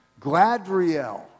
Gladriel